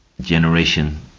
generation